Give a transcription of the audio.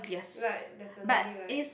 right definitely right